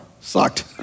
sucked